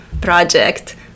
project